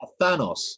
Thanos